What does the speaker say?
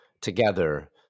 together